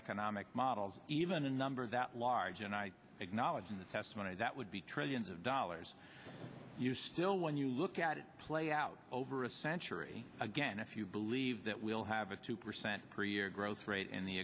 economic models even a number that large and i acknowledge in the testimony that would be trillions of dollars you still when you look at it play out over a century again if you believe that we'll have a two percent per year growth rate in the